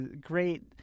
great